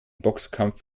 boxkampf